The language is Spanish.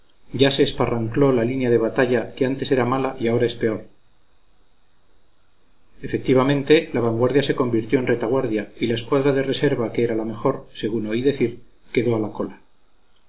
ya se esparrancló la línea de batalla que antes era mala y ahora es peor efectivamente la vanguardia se convirtió en retaguardia y la escuadra de reserva que era la mejor según oí decir quedó a la cola